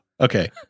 Okay